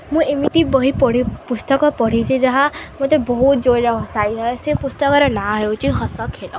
ମୁଁ ଏମିତି ବହି ପଢ଼େ ପୁସ୍ତକ ପଢ଼ିଛି ଯାହା ମୋତେ ବହୁତ ଜୋରରେ ହସାଇଥାଏ ସେ ପୁସ୍ତକର ନାଁ ହେଉଛି ହସ ଖେଳ